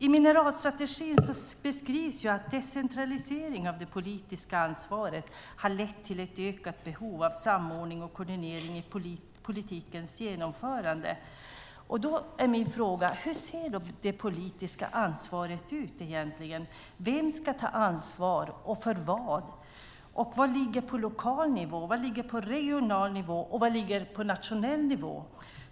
I mineralstrategin beskrivs ju att decentralisering av det politiska ansvaret har lett till ett ökat behov av samordning och koordinering av politikens genomförande. Då är min fråga: Hur ser det politiska ansvaret ut egentligen? Vem ska ta ansvar och för vad? Vad ligger på lokal nivå, vad ligger på regional nivå och vad ligger på nationell nivå?